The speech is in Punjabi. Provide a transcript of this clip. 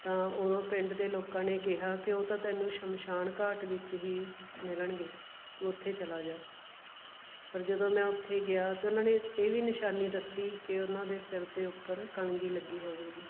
ਤਾਂ ਉਦੋਂ ਪਿੰਡ ਦੇ ਲੋਕਾਂ ਨੇ ਕਿਹਾ ਕਿ ਉਹ ਤਾਂ ਤੈਨੂੰ ਸ਼ਮਸ਼ਾਨ ਘਾਟ ਵਿੱਚ ਹੀ ਮਿਲਣਗੇ ਤੂੰ ਉੱਥੇ ਚਲਾ ਜਾ ਪਰ ਜਦੋਂ ਮੈਂ ਉੱਥੇ ਗਿਆ ਅਤੇ ਉਹਨਾਂ ਨੇ ਇਹ ਵੀ ਨਿਸ਼ਾਨੀ ਦੱਸੀ ਕਿ ਉਹਨਾਂ ਦੇ ਸਿਰ 'ਤੇ ਉੱਪਰ ਕਲਗੀ ਲੱਗੀ ਹੋਵੇਗੀ